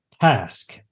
task